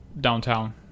downtown